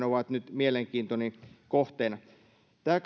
ovat nyt mielenkiintoni kohteena tämä